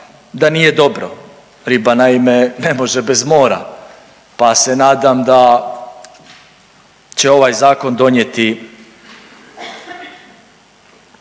da nije dobro. Riba naime ne može bez mora pa se nadam da će ovaj zakon donijeti